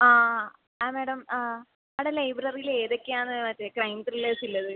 ആ ആ ആ മാഡം ആ അവിടെ ലൈബ്രറിയിൽ ഏത് ഒക്കെ ആണ് മറ്റേ ക്രൈം ത്രില്ലേഴ്സ് ഉള്ളത്